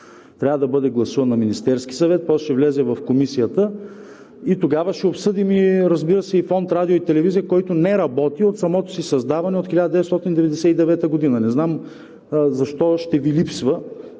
Трябва да бъде гласуван в Министерския съвет, после ще влезе в Комисията и тогава ще обсъдим, разбира се, и Фонд „Радио и телевизия“, който не работи от самото си създаване – от 1999 г. Не знам защо ще Ви липсва,